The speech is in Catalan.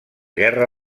guerra